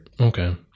Okay